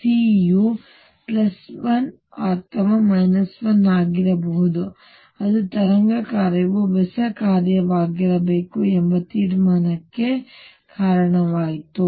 C U 1 ಅಥವಾ 1 ಆಗಿರಬಹುದು ಅದು ತರಂಗ ಕಾರ್ಯವು ಬೆಸ ಕಾರ್ಯವಾಗಿರಬೇಕು ಎಂಬ ತೀರ್ಮಾನಕ್ಕೆ ಕಾರಣವಾಯಿತು